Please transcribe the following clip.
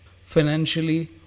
financially